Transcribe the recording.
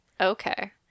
Okay